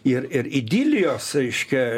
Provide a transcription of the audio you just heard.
ir ir idilijos reiškia